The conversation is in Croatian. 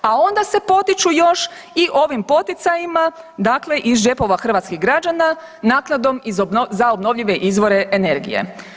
A onda se potiču još i ovim poticajima, dakle iz džepova hrvatskih građana naknadom za obnovljive izvore energije.